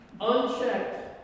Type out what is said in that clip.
Unchecked